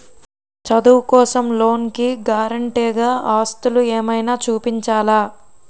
చదువు కోసం లోన్ కి గారంటే గా ఆస్తులు ఏమైనా చూపించాలా?